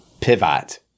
pivot